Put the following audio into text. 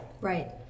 Right